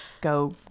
go